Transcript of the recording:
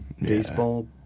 Baseball